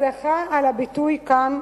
סליחה על הביטוי כאן,